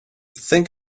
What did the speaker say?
think